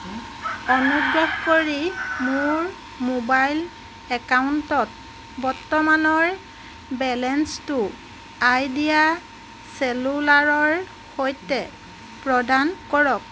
অনুগ্ৰহ কৰি মোৰ ম'বাইল একাউণ্টত বৰ্তমানৰ বেলেন্সটো আইডিয়া চেলুলাৰৰ সৈতে প্ৰদান কৰক